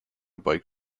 bike